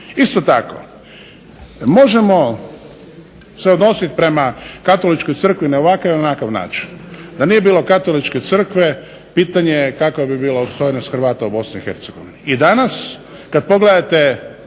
Isto tako, možemo se odnositi prema Katoličkoj crkvi na ovakav ili onakav način. Da nije bilo Katoličke crkve pitanje je kakva bi bila opstojnost Hrvata u Bosni i Hercegovini. I danas kad pogledate